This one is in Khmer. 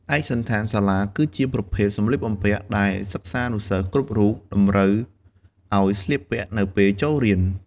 ឯកសណ្ឋានសាលាគឺជាប្រភេទសម្លៀកបំពាក់ដែលសិស្សានុសិស្សគ្រប់រូបតម្រូវឱ្យស្លៀកពាក់នៅពេលចូលរៀន។